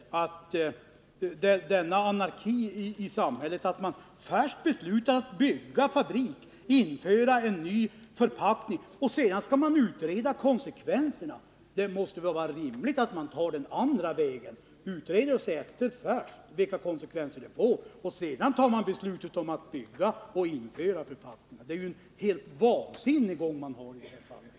Vidare råder det väl anarki i samhället, när man först beslutar att bygga en fabrik som innebär att man inför en ny förpackning och först därefter utreder konsekvenserna av detta — det måste väl vara rimligare att gå den andra vägen, nämligen att först utreda frågan och undersöka vilka konsekvenser ett sådant beslut skulle få och därefter eventuellt fatta beslut om att bygga fabriken och införa förpackningen. I det här fallet har gången varit helt vansinnig.